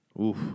Oof